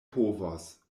povos